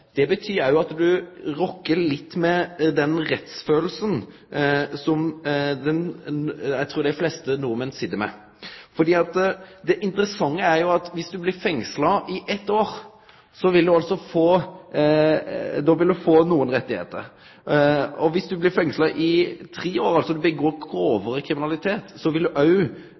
Det betyr òg at du rokkar litt ved den rettskjensla som eg trur dei fleste nordmenn sit med. For det interessante er jo at dersom du blir fengsla i eit år, vil du få nokon rettar. Dersom du blir fengsla i tre år – altså: du gjer deg skuldig i grovare kriminalitet – vil du